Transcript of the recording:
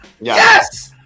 yes